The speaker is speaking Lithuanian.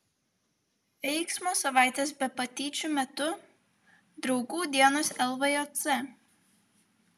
veiksmo savaitės be patyčių metu draugų dienos lvjc